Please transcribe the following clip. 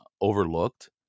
overlooked